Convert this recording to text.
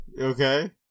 Okay